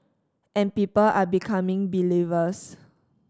and people are becoming believers